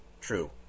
true